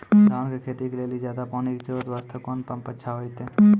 धान के खेती के लेली ज्यादा पानी के जरूरत वास्ते कोंन पम्प अच्छा होइते?